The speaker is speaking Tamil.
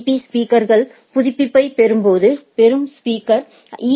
பீ ஸ்பீக்கர்கள் புதுப்பிப்பைப் பெறும்போது பெறும் ஸ்பீக்கர் ஈ